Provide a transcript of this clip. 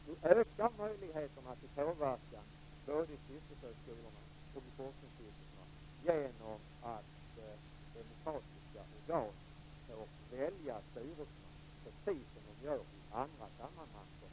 Fru talman! Jag har svarat mycket klart, men det är tydligt att Tuve Skånberg inte vill höra. Han vill få en chans att återkomma.